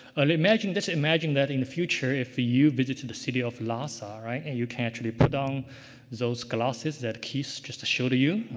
ah imagine that imagine that in the future, if you visit to the city of lhasa right? and you can actually put on those glasses that ken just showed you.